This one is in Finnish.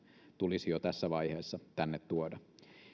tulisi jo tässä vaiheessa tänne tuoda